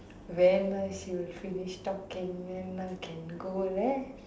very nice you finish talking then now can go right